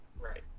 right